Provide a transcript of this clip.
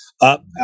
up